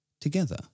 Together